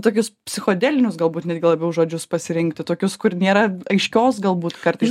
tokius psichodelinius galbūt netgi labiau žodžius pasirinkti tokius kur nėra aiškios galbūt kartais